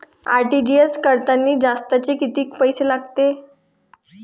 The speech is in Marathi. आर.टी.जी.एस करतांनी जास्तचे कितीक पैसे लागते?